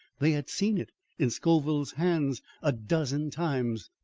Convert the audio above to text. they had seen it in scoville's hands a dozen times.